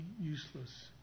useless